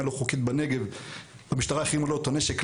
בלתי חוקית בנגב המשטרה החרימה לו את הנשק.